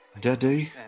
Daddy